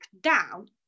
down